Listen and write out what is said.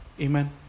Amen